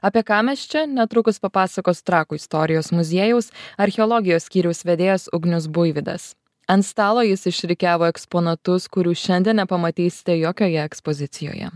apie ką mes čia netrukus papasakos trakų istorijos muziejaus archeologijos skyriaus vedėjas ugnius buivydas ant stalo jis išrikiavo eksponatus kurių šiandien nepamatysite jokioje ekspozicijoje